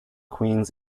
queen’s